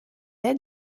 être